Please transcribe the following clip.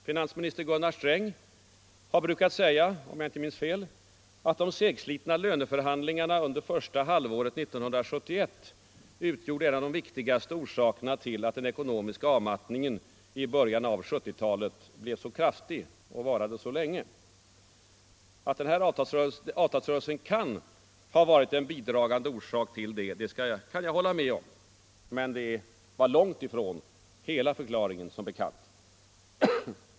Finansminister Gunnar Sträng brukar säga, om jag inte minns fel, att de segslitna löneförhandlingarna under första halvåret 1971 utgjorde en av de viktigaste orsakerna till att den ekonomiska avmattningen i början av 1970 talet blev så kraftig och varade så länge. Att avtalsrörelsen kan ha varit en bidragande orsak, kan jag hålla med om. Men det var långtifrån hela förklaringen, som bekant.